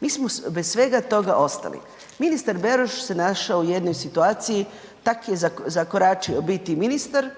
Mi smo bez svega toga ostali. Ministar Beroš se našao u jednoj situaciji tako je zakoračio biti ministar